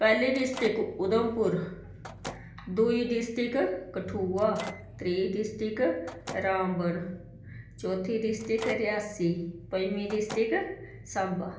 पैह्ली डिस्ट्रिक उधमपुर दुई डिस्ट्रिक कठुआ त्री डिस्ट्रिक रामबन चौथी डिस्ट्रिक रियासी पंजमी डिस्ट्रिक सांबा